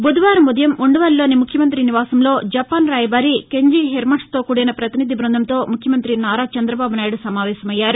బుధవారం ఉదయం ఉండవల్లిలోని ముఖ్యమంత్రి నివాసంలో జపాన్ రాయబారి కెంజి హిరమట్సుతో కూడిన ప్రపతినిధి బ ృందంతో ముఖ్యమంతి నారా చంద్రబాబునాయుడు సమావేశమయ్యారు